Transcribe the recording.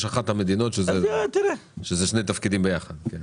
יש אחת המדינות שזה שני תפקידים ביחד.